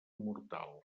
mortal